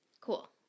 Cool